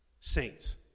saints